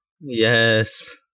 Yes